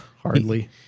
Hardly